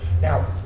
Now